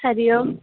हरिः ओम्